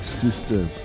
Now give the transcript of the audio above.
system